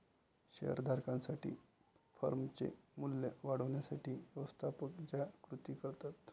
share धारकांसाठी फर्मचे मूल्य वाढवण्यासाठी व्यवस्थापक ज्या कृती करतात